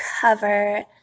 cover